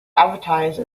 advertised